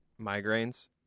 migraines